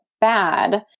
bad